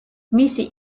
მისი